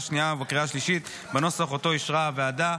השנייה ובקריאה השלישית בנוסח שאישרה הוועדה.